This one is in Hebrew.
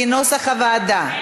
כנוסח הוועדה.